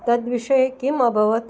तद्विषये किम् अभवत्